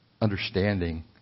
understanding